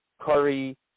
Curry